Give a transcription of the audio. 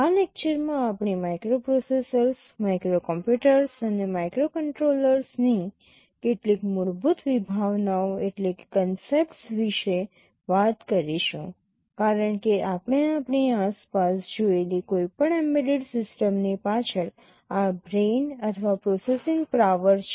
આ લેક્ચરમાં આપણે માઇક્રોપ્રોસેસર્સ માઇક્રોકોમ્પ્યુટર્સ અને માઇક્રોકન્ટ્રોલર્સની microprocessors microcomputers and microcontrollers કેટલીક મૂળભૂત વિભાવનાઓ વિશે વાત કરીશું કારણ કે આપણે આપણી આસપાસ જોયેલી કોઈપણ એમ્બેડેડ સિસ્ટમની પાછળ આ બ્રેઇન અથવા પ્રોસેસિંગ પાવર છે